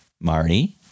Marty